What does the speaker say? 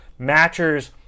matchers